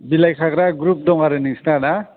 बिलाइ खाग्रा ग्रुप दङ आरो नोंसिना ना